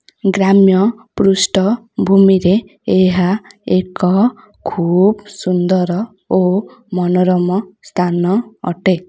ଗ୍ରାମ୍ୟ ପୃଷ୍ଠଭୂମିରେ ଏହା ଏକ ଖୁବ୍ ସୁନ୍ଦର ଓ ମନୋରମ ସ୍ଥାନ ଅଟେ